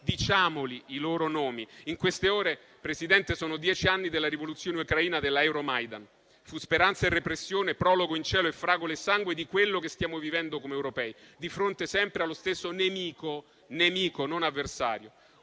Diciamoli i loro nomi. In queste ore, signor Presidente, sono dieci anni dalla rivoluzione ucraina della Euromaidan. Fu speranza e repressione, prologo in cielo, fragole e sangue di quello che stiamo vivendo come europei, di fronte sempre allo stesso nemico; dico nemico, non avversario.